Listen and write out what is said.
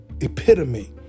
epitome